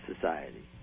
society